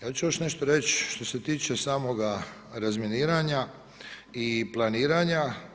Ja ću još nešto reći što se tiče samog razminiranja i planiranja.